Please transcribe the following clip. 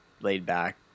laid-back